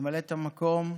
ממלאת המקום,